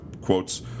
quotes